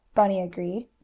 bunny agreed.